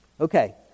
Okay